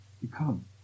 become